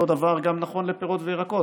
אותו דבר גם נכון לפירות וירקות.